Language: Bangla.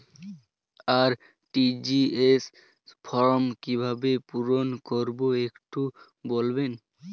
আর.টি.জি.এস ফর্ম কিভাবে পূরণ করবো একটু বলবেন?